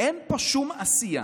אין פה שום עשייה,